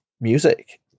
music